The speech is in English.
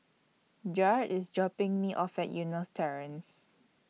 Jarred IS dropping Me off At Eunos Terrace